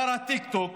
שר הטיקטוק,